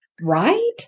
right